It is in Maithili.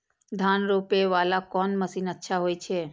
धान रोपे वाला कोन मशीन अच्छा होय छे?